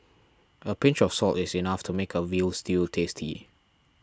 a pinch of salt is enough to make a Veal Stew tasty